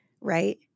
right